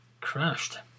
crashed